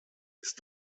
ist